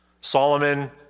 Solomon